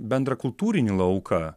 bendrą kultūrinį lauką